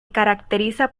caracteriza